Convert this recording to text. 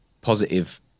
positive